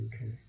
Okay